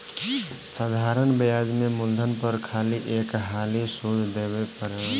साधारण ब्याज में मूलधन पर खाली एक हाली सुध देवे परेला